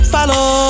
Follow